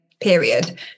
period